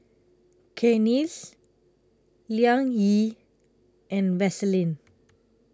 Cakenis Liang Yi and Vaseline